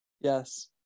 Yes